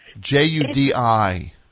J-U-D-I